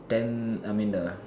then I mean the